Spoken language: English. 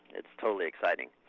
it's totally exciting.